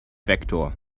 vektor